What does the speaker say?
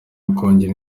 ukongera